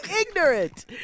ignorant